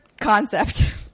concept